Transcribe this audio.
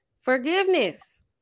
forgiveness